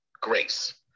Grace